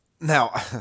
Now